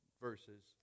verses